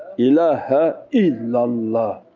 ilaha, illallah.